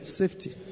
safety